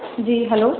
جی hello